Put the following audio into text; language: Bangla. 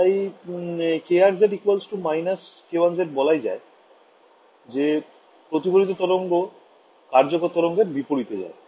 তাই krz − k1z বলাই যায় যে প্রতিফলিত তরঙ্গ কার্যকর তরঙ্গের বিপরীতে যায়